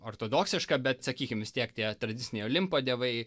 ortodoksiška bet sakykim vistiek tie tradiciniai olimpo dievai